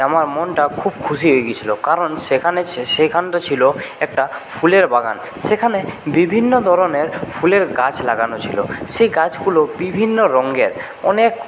আমার মনটা খুব খুশি হয়ে গিয়েছিল কারণ সেখানটায় ছিল একটা ফুলের বাগান সেখানে বিভিন্ন ধরনের ফুলের গাছ লাগানো ছিল সেই গাছগুলো বিভিন্ন রঙের অনেক